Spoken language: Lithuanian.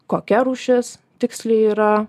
kokia rūšis tiksli yra